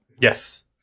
Yes